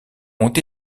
ont